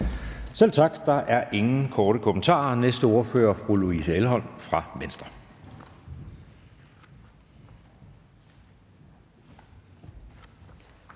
Selv tak. Der er ingen korte bemærkninger. Næste ordfører er fru Louise Elholm fra Venstre.